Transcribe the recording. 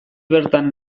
bertan